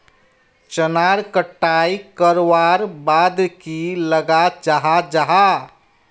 चनार कटाई करवार बाद की लगा जाहा जाहा?